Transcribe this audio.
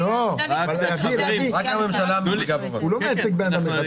שהכלכלה מנצחת.